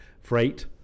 freight